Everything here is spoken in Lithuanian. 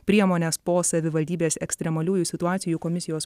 priemones po savivaldybės ekstremaliųjų situacijų komisijos